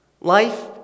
Life